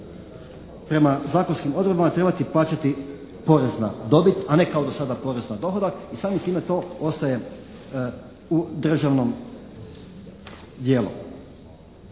prema zakonskim odredbama trebati plaćati porez na dobit a ne kao do sada porez na dohodak. I samim time to ostaje u državnom dijelu.